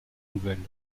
nouvelles